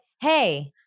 Hey